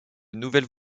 nouvelles